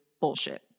bullshit